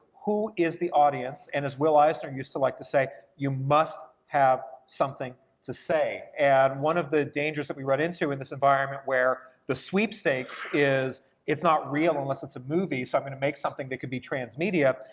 who is the audience? and as will eisner used to like to say, you must have something to say. and one of the dangers that we run into in this environment where the sweepstakes is it's not real unless it's a movie, so i'm gonna make something that can be transmedia,